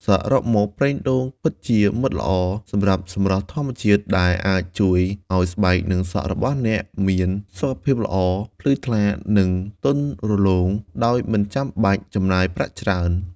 សរុបមក ប្រេងដូងពិតជាមិត្តល្អសម្រាប់សម្រស់ធម្មជាតិ ដែលអាចជួយឱ្យស្បែកនិងសក់របស់អ្នកមាន សុខភាពល្អ ភ្លឺថ្លា និងទន់រលោង ដោយមិនចាំបាច់ចំណាយប្រាក់ច្រើន។